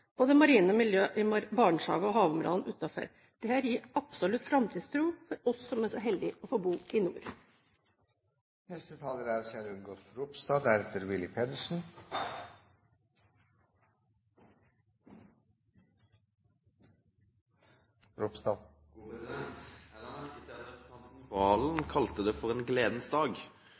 Både som nordlending og som fiskeri- og kystminister er jeg meget fornøyd med Stortingets behandling og oppdatering av forvaltningsplanen for det marine miljø i Barentshavet og havområdene utenfor Lofoten. Dette gir absolutt framtidstro for oss som er så heldige å få bo i nord. Jeg la merke til at representanten Serigstad Valen kalte dette for en gledens dag.